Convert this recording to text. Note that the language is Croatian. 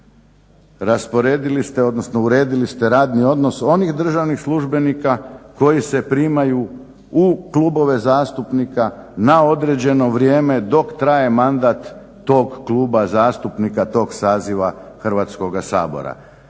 uredili ste radni odnos onih državnih službenika koji se primaju u klubove zastupnika na određeno vrijeme dok traje mandat tog kluba zastupnika tog saziva Hrvatskoga sabora.